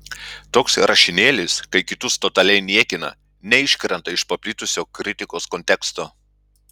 toks rašinėlis kai kitus totaliai niekina neiškrenta iš paplitusio kritikos konteksto